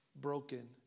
broken